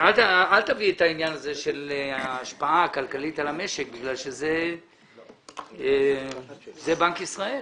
אל תביא את העניין הזה של ההשפעה הכלכלית על המשק כי זה בנק ישראל.